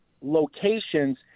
locations